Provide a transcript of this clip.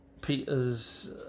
Peters